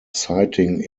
sighting